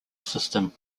system